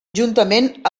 juntament